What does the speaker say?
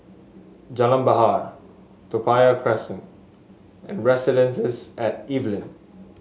Jalan Bahar Toa Payoh Crest and Residences at Evelyn